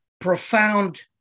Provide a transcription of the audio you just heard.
profound